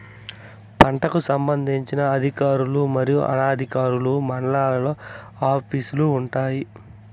పంటలకు సంబంధించిన అధికారులు మరియు అనధికారులు మండలాల్లో ఆఫీస్ లు వుంటాయి?